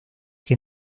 que